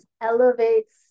elevates